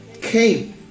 came